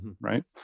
right